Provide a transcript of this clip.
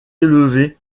élevé